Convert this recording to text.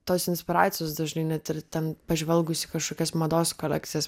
tos inspiracijos dažnai net ir ten pažvelgus į kažkokias mados kolekcijas